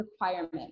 requirement